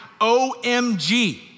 OMG